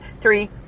three